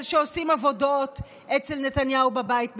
שעושים עבודות אצל נתניהו בבית בשבת.